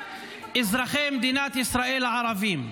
אזרחי מדינת ישראל הערבים,